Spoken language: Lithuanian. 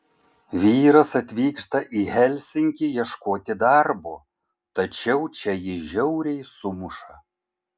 vyras atvyksta į helsinkį ieškoti darbo tačiau čia jį žiauriai sumuša